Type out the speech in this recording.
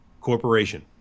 corporation